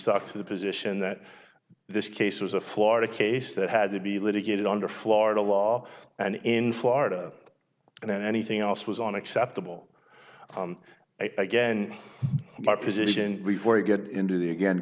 stuck to the position that this case was a florida case that had to be litigated under florida law and in florida and anything else was on acceptable i guess my position before you get into the again